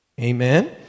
Amen